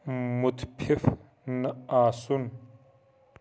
مُتفِف نہَ آسُن